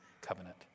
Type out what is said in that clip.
covenant